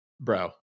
bro